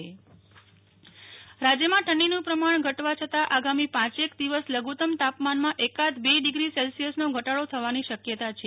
નેહ્લ ઠક્કર હવા માન રાજયમાં ઠંડીનું પ્રમાણ ઘટવા છતાં આગામી પાંચેક દિવસ લઘુતમ તાપમાનમાં એકાદ બે ડીગ્રી સેલ્શ્યસનો ઘટાડો થવાની શકયતા છે